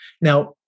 Now